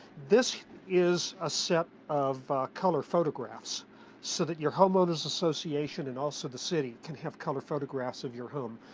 this is a set of color photographs so that your home owners association and also the city can have color photographs of your home.